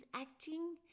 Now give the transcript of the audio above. acting